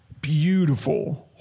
beautiful